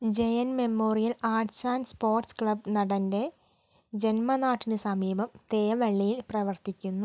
Jayan memorial arts and sports club നടൻ്റെ ജന്മനാട്ടിന് സമീപം തേവള്ളിയിൽ പ്രവർത്തിക്കുന്നു